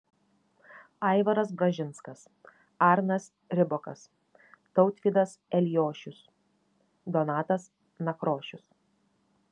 aivaras bražinskas arnas ribokas tautvydas eliošius donatas nakrošius